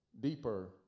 deeper